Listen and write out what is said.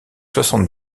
soixante